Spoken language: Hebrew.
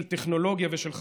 של טכנולוגיה ושל חדשנות,